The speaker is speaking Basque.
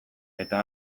eta